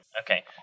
Okay